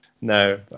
No